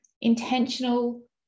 intentional